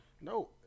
No